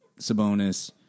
Sabonis